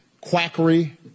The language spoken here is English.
quackery